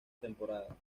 temporada